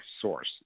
source